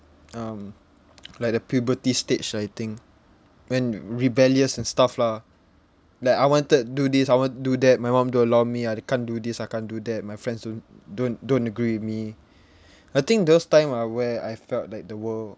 um like the puberty stage I think when rebellious and stuff lah like I wanted do this I want do that my mum don't allow me ah like can't do this I can't do that my friends don't don't don't agree with me I think those time I where I felt like the world